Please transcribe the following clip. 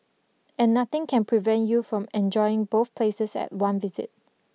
and nothing can prevent you from enjoying both places at one visit